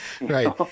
right